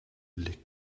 les